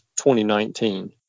2019